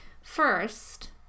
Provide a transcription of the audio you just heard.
First